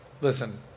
Listen